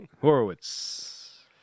Horowitz